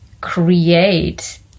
create